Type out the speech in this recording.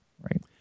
Right